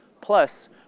Plus